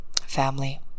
family